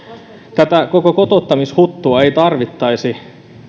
tätä koko kotouttamishuttua ei tarvittaisi jos